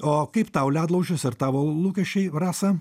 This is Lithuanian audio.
o kaip tau ledlaužis ar tavo lūkesčiai rasa